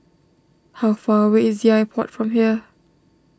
how far away is the iPod from here